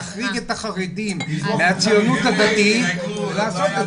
להחריג את החרדים מהציונות הדתית לעשות את